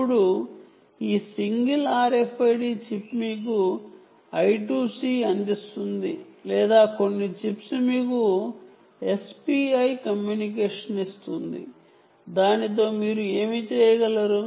ఇప్పుడు ఈ single RFID chip మీకు I2C ను అందిస్తుంది లేదా కొన్ని చిప్స్ మీకు SPI కమ్యూనికేషన్ ఇస్తుంది దానితో మీరు ఏమి చేయగలరు